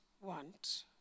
want